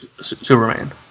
Superman